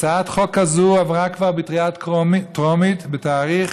הצעת חוק כזאת כבר עברה בקריאה טרומית בתאריך